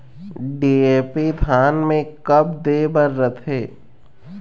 DAP धान मे कब दे बर रथे?